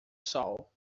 sol